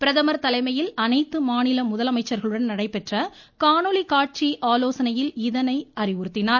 பிரதமர் தலைமையில் அனைத்து மாநில முதலமைச்சர்களுடன் நடைபெற்ற காணொலி காட்சி ஆலோசனையில் இதனை அறிவுறுத்தினார்